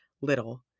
little